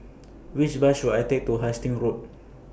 Which Bus should I Take to Hastings Road